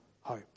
hope